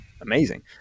amazing